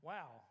Wow